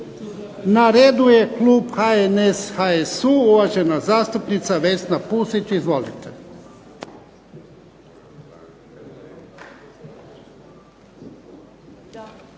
Na redu je klub HNS, HSU, uvažena zastupnica Vesna Pusić. Izvolite.